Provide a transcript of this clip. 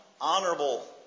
honorable